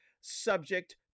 subject